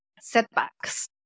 setbacks